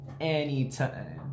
Anytime